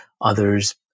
others